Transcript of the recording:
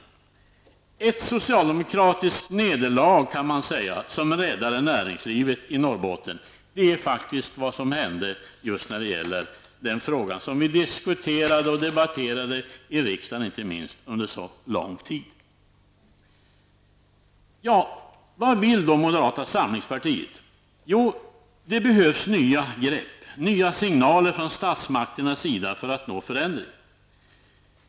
Man kan faktiskt säga att det var ett socialdemokratiskt nederlag som räddade näringslivet i Norrbotten när det gäller den fråga som vi diskuterade och debatterade under så lång tid inte minst i riksdagen. Vad vill då moderata samlingspartiet? Jo, vi anser att det behövs nya grepp och nya signaler från statsmakterna för att nå förändringar.